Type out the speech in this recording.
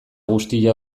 guztia